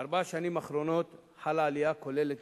בארבע השנים האחרונות חלה עלייה כוללת